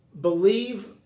believe